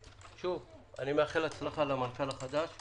מאחל הצלחה למנכ"ל החדש.